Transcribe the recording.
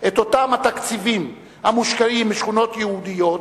את אותם תקציבים המושקעים בשכונות יהודיות,